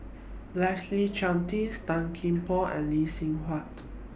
Leslie Charteris Tan Kian Por and Lee Seng Huat